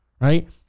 right